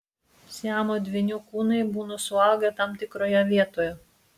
siamo dvynių kūnai būna suaugę tam tikroje vietoje